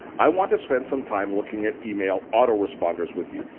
i want to spend some time looking at email autoresponders with you.